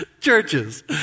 churches